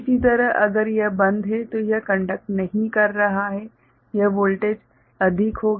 इसी तरह अगर यह बंद है तो यह कंडक्ट नहीं कर रहा है यह वोल्टेज अधिक होगा